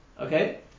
Okay